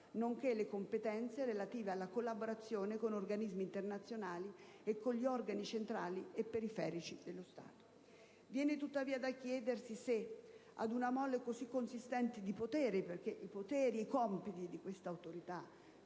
nonché le competenze relative alla collaborazione con organismi internazionali e con gli organi centrali e periferici dello Stato. Viene tuttavia da chiedersi se, ad una mole così consistente di poteri, dei numerosi compiti, delle funzioni